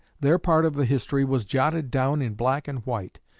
their part of the history was jotted down in black and white.